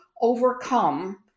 overcome